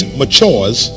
matures